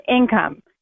Income